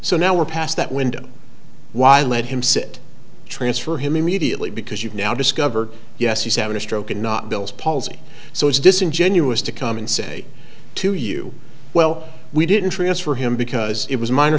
so now we're past that window why let him sit transfer him immediately because you've now discovered yes he's having a stroke and not bill's palsy so it's disingenuous to come and say to you well we didn't transfer him because it was minor